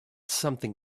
something